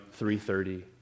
3.30